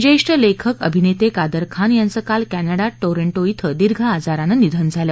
ज्येष्ठ लेखक अभिनेते कादर खान यांचं काल क्लिंडात टोरंटो धिं दीर्घ आजारानं निधन झालं